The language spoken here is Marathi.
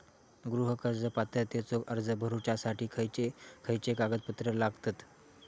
गृह कर्ज पात्रतेचो अर्ज भरुच्यासाठी खयचे खयचे कागदपत्र लागतत?